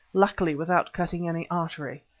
luckily without cutting any artery.